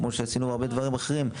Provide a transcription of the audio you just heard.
כמו שעשינו בהרבה דברים אחרים,